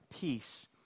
peace